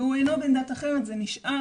והוא לא בן דת אחרת זה נשאר,